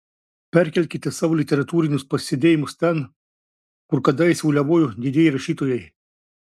perkelkite savo literatūrinius pasisėdėjimus ten kur kadaise uliavojo didieji rašytojai